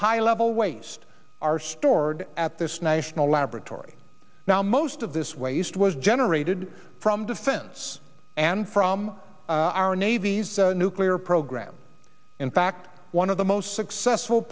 high level waste are stored at this national laboratory now most of this waste was generated from defense and from our navy's nuclear program in fact one of the most successful